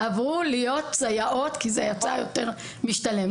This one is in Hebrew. עברו להיות סייעות כי זה יצא יותר משתלם.